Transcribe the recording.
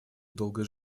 долго